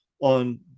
on